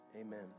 amen